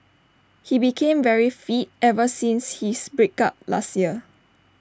he became very fit ever since his break up last year